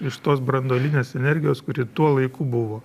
iš tos branduolinės energijos kuri tuo laiku buvo